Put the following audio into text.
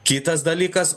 kitas dalykas